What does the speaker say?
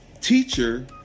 teacher